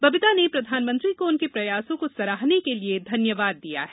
बबिता ने प्रधानमंत्री को उनके प्रयासों को सरहाने के लिए धन्यवाद दिया है